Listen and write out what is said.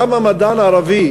למה מדען ערבי